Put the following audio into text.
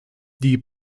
die